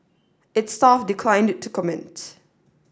its staff declined to comment